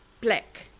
black